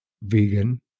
vegan